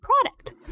product